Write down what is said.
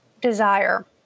desire